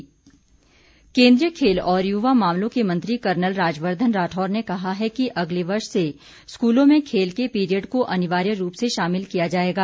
खेल मंत्री केन्द्रीय खेल और युवा मामलों के मंत्री कर्नल राजवर्धन राठौर ने कहा है कि अगले वर्ष से स्कूलों में खेल के पीरियड को अनिवार्य रूप से शामिल किया जाएगा